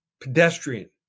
pedestrian